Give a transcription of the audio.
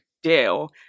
deal